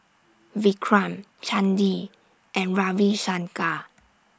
Vikram Chandi and Ravi Shankar